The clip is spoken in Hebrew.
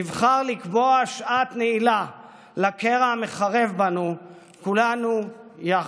נבחר לקבוע שעת נעילה לקרע המחרב בנו, כולנו יחד.